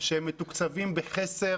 שמתוקצבים בחסר.